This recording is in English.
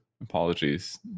apologies